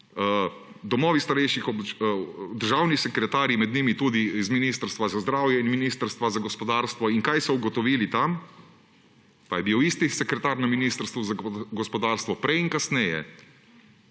domovi starejših, državni sekretarji, med njimi tudi iz Ministrstva za zdravje in Ministrstva za gospodarstvo in kaj so ugotovili tam – pa je bil isti sekretar na Ministrstvu za gospodarstvo prej in kasneje